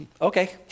Okay